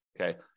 Okay